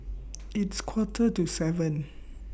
its Quarter to seven